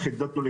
כל